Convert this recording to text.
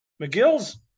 McGill's